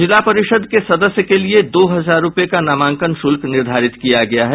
जिला परिषद सदस्य के लिये दो हजार रूपये का नामांकन शुल्क निर्धारित किया गया है